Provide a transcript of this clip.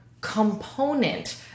component